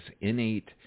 innate